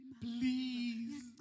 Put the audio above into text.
Please